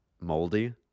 moldy